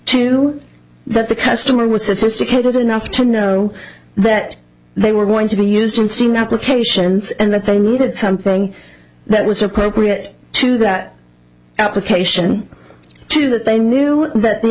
to that the customer was sophisticated enough to know that they were going to be used in steam applications and that they needed something that was appropriate to that application to that they knew that the